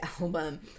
album